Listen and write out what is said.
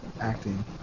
acting